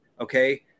Okay